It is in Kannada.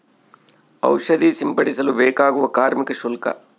ಔಷಧಿ ಸಿಂಪಡಿಸಲು ಬೇಕಾಗುವ ಕಾರ್ಮಿಕ ಶುಲ್ಕ?